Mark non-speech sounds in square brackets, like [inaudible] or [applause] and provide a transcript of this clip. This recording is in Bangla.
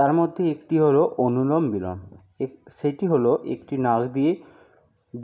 তার মধ্যে একটি হলো অনুলোম বিলোম [unintelligible] সেটি হলো একটি নাক দিয়ে